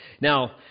Now